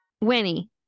Winnie